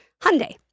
Hyundai